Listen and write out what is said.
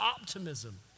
optimism